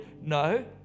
No